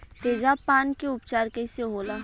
तेजाब पान के उपचार कईसे होला?